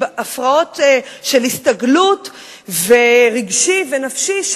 הפרעות של הסתגלות רגשית ונפשית,